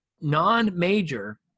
non-major